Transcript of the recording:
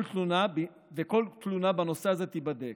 וכל תלונה בנושא הזה תיבדק.